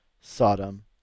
Sodom